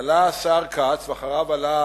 עלה השר כץ, ואחריו עלה